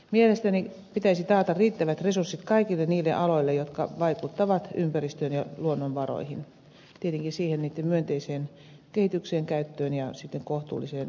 mielestäni pitäisi taata riittävät resurssit kaikille niille aloille jotka vaikuttavat ympäristöön ja luonnonvaroihin tietenkin siihen niitten myönteiseen kehitykseen käyttöön ja kohtuulliseen kestävään kehitykseen